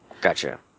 Gotcha